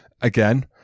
again